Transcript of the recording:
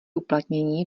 uplatnění